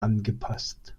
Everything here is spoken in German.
angepasst